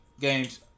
games